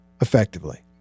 effectively